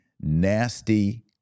nasty